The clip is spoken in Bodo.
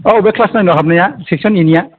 औ बे क्लास नायनानआव हाबनाया सेख्सन एनि